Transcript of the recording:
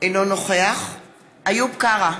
אינו נוכח איוב קרא,